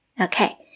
Okay